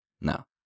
No